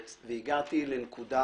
והגעתי לנקודה